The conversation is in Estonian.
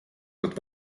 oled